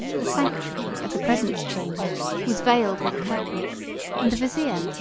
the sanctuary of the presence chamber was veiled with a curtain and the vizier,